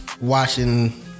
Watching